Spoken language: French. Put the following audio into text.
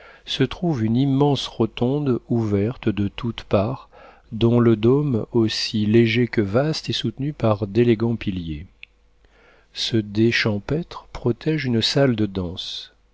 se trouve une immense rotonde ouverte de toutes parts dont le dôme aussi léger que vaste est soutenu par d'élégants piliers ce dais champêtre protége une salle de danse